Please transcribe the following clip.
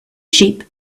sheep